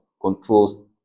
controls